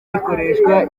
rikoreshwa